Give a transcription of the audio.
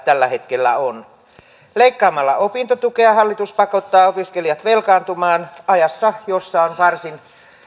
tällä hetkellä on leikkaamalla opintotukea hallitus pakottaa opiskelijat velkaantumaan ajassa jossa on varsin